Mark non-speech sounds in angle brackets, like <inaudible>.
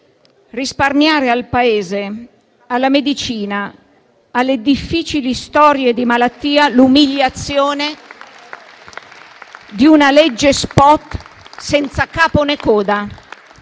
risparmiare al Paese, alla medicina, alle difficili storie di malattia, l'umiliazione <applause> di una legge *spot* senza capo né coda,